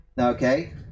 okay